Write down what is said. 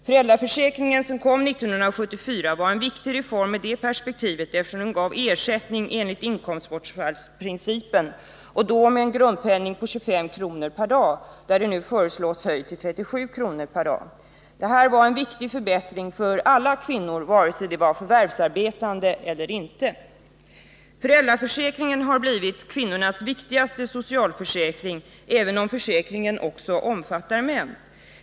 Föräldraförsäkringen som kom 1974 var en viktig reform i det perspektivet, eftersom den gav ersättning enligt inkomstbortfallsprincipen och då med en grundpenning på 25 kr. per dag, vilken nu föreslås höjd till 37 kr. per dag. Detta var en viktig förbättring för alla kvinnor, antingen de var förvärvsarbetande eller inte. Föräldraförsäkringen har blivit kvinnornas viktigaste socialförsäkring, även om försäkringen också omfattar män.